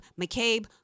McCabe